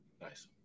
nice